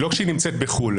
לא כשהיא נמצאת בחו"ל,